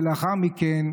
ולאחר מכן,